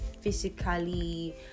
physically